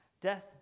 Death